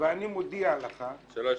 ואני מודיע לך --- שלא השתכנעת?